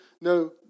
no